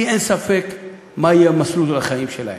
לי אין ספק מה יהיה מסלול החיים שלהם.